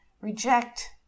Reject